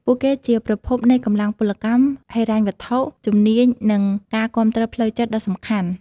ពួកគេជាប្រភពនៃកម្លាំងពលកម្ម ហិរញ្ញវត្ថុ ជំនាញ និងការគាំទ្រផ្លូវចិត្តដ៏សំខាន់។